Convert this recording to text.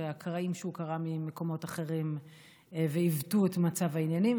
והקרעים שהוא קרע ממקומות אחרים ועיוותו את מצב העניינים.